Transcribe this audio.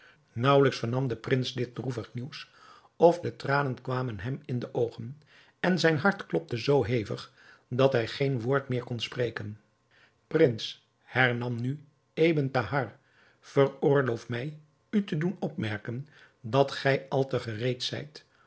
naauwelijks vernam de prins dit droevig nieuws of de tranen kwamen hem in de oogen en zijn hart klopte zoo hevig dat hij geen woord meer kon spreken prins hernam nu ebn thahar veroorloof mij u te doen opmerken dat gij al te gereed zijt